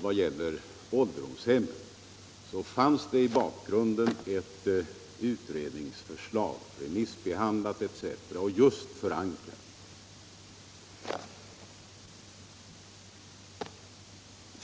för ålderdomshem fanns det i bakgrunden ett utredningsförslag som var remissbehandlat osv. och därmed väl förankrat.